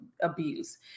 abuse